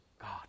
God